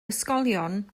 ysgolion